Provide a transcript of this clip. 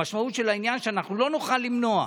את המשמעות של העניין אנחנו לא נוכל למנוע.